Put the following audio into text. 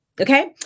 okay